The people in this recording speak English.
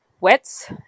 wets